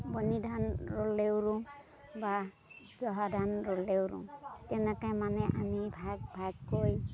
বনি ধান ৰুলেও ৰোওঁ বা জহা ধান ৰুলেও ৰোওঁ তেনেকে মানে আমি ভাগ ভাগকৈ